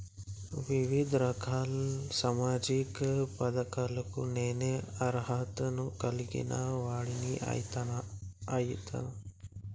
వివిధ రకాల సామాజిక పథకాలకు నేను అర్హత ను కలిగిన వాడిని అయితనా?